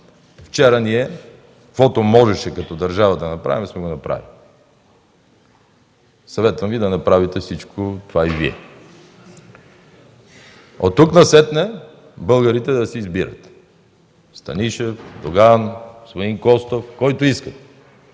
Вчера ние каквото можеше като държава да направим, сме го направили. Съветвам Ви да направите всичко това и Вие. Оттук насетне българите да си избират – Станишев, Доган, господин Костов, който искат.